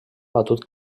batut